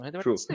True